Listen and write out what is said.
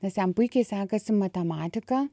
nes jam puikiai sekasi matematika